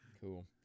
Cool